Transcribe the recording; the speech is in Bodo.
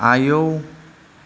आयौ